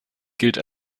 gilt